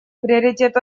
приоритет